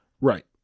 right